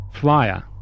flyer